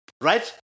Right